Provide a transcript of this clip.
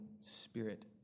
spirit